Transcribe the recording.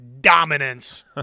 dominance